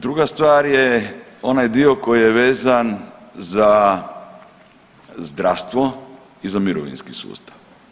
Druga stvar je onaj dio koji je vezan za zdravstvo i za mirovinski sustav.